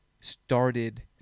started